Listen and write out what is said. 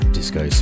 Disco